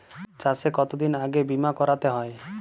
চাষে কতদিন আগে বিমা করাতে হয়?